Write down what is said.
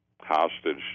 hostage